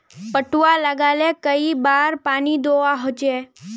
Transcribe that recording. पटवा लगाले कई बार पानी दुबा होबे?